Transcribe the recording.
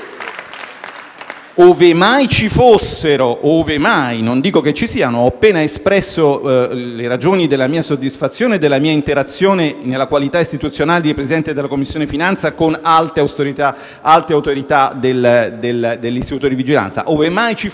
Gruppi L-SP-PSd'Az e M5S).* Non dico che ci sia - avendo io appena espresso le ragioni della mia soddisfazione e della mia interazione, nella qualità istituzionale di Presidente della Commissione finanze, con alte autorità dell'istituto di vigilanza